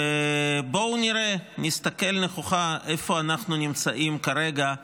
בואו נראה, נסתכל נכוחה איפה אנחנו נמצאים כרגע,